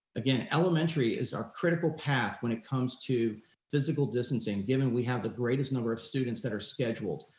again, elementary is our critical path when it comes to physical distancing given we have the greatest number of students that are scheduled.